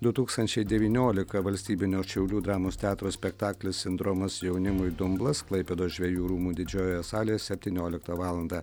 du tūkstančiai devyniolika valstybinio šiaulių dramos teatro spektaklis sindromas jaunimui dumblas klaipėdos žvejų rūmų didžiojoje salėje septynioliktą valandą